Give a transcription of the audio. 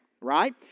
right